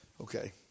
Okay